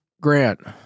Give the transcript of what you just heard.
Grant